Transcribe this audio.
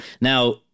Now